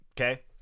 okay